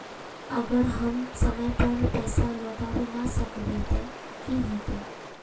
अगर हम समय पर पैसा लौटावे ना सकबे ते की होते?